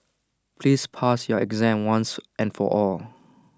please pass your exam once and for all